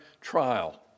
trial